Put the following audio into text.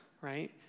right